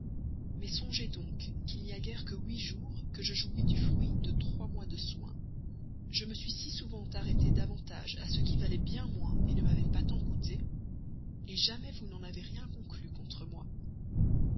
mais songez donc qu'il n'y a guère que huit jours que je jouis du fruit de trois mois de soins je me suis si souvent arrêté davantage à ce qui valait bien moins ne m'avait pas tant coûté jamais vous n'en avez rien conclu contre moi